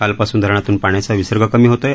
कालपासून धरणातून पाण्याचा विसर्ग कमी होतोय